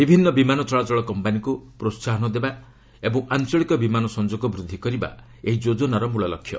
ବିଭିନ୍ନ ବିମାନ ଚଳାଚଳ କମ୍ପାନୀକୁ ପ୍ରୋହାହନ ଦେବା ଓ ଆଞ୍ଚଳିକ ବିମାନ ସଂଯୋଗ ବୃଦ୍ଧି କରିବା ଏହି ଯୋଜନାର ମୂଳ ଲକ୍ଷ୍ୟ